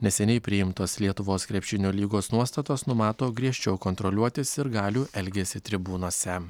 neseniai priimtos lietuvos krepšinio lygos nuostatos numato griežčiau kontroliuoti sirgalių elgesį tribūnose